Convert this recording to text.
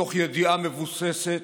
מתוך ידיעה מבוססת.